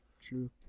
true